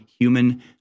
human